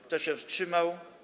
Kto się wstrzymał?